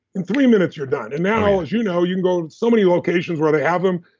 in three minutes, you're done. and now as you know you can go to so many locations where they have them.